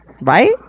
Right